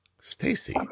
Stacy